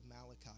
Malachi